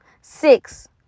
Six